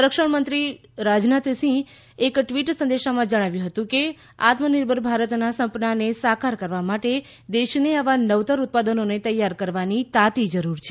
સંરક્ષણમંત્રી મંત્રી રાજનાથ સિંહ એક ટ્વિટ સંદેશમાં જણાવ્યુ હતું કે આત્મનિર્ભર ભારતનાં સપનાને સાકાર કરવા માટે દેશને આવા નવતર ઉત્પાદનોને તૈયાર કરવાની તાતી જરૂર છે